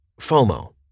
FOMO